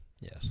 Yes